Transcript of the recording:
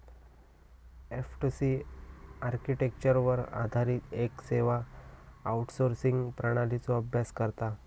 F two C आर्किटेक्चरवर आधारित येक सेवा आउटसोर्सिंग प्रणालीचो अभ्यास करता